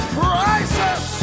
prices